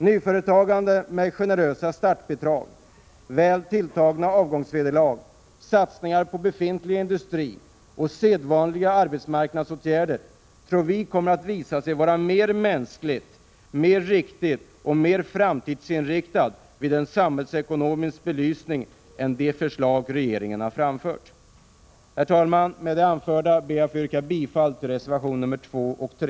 Nyföretagande med generösa statsbidrag, väl tilltagna avgångsvederlag, satsningar på befintlig industri och sedvanliga arbetsmarknadsåtgärder tror vi kommer att visa sig vara mer mänskligt, mer riktigt och mer framtidsinriktat vid en samhällsekonomisk belysning än de förslag regeringen har framfört. Herr talman! Med det anförda ber jag att få yrka bifall till reservation 3.